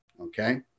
Okay